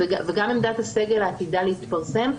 גם עמדת הסגל העתידה להתפרסם,